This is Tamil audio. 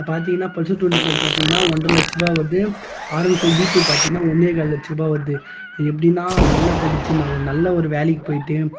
பார்த்திங்கனா பல்சர் டூ ட்வெண்டி பார்த்திங்கனா ஒன்றரை லட்சரூபாய் வருது R N five V two பார்த்திங்கனா ஒன்றேகால் லட்சரூபா வருது எப்படினா நல்லா படித்து நான் நல்ல ஒரு வேலைக்குப் போய்ட்டு